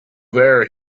there